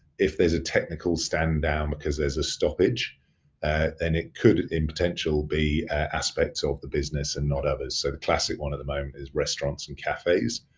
if there's a technical stand down because there's a stoppage and it could in potential be aspects of the business and not others. so, the classic one at the moment is restaurants and cafes.